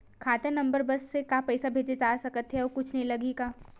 खाता नंबर बस से का पईसा भेजे जा सकथे एयू कुछ नई लगही का?